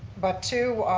but two,